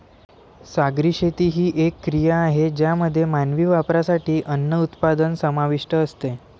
सागरी शेती ही एक क्रिया आहे ज्यामध्ये मानवी वापरासाठी अन्न उत्पादन समाविष्ट असते